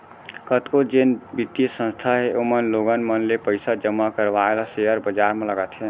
कतको जेन बित्तीय संस्था हे ओमन लोगन मन ले पइसा जमा करवाय ल सेयर बजार म लगाथे